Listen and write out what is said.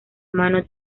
mano